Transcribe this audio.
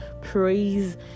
praise